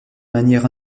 manière